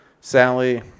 Sally